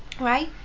right